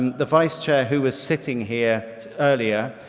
the vice-chair, who was sitting here earlier,